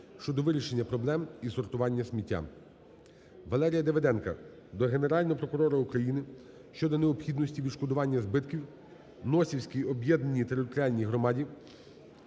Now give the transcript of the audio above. щодо вирішення проблеми із сортуванням сміття. Валерія Давиденка до Генерального прокурора України щодо необхідності відшкодування збитків Носівській об'єднаній територіальній громаді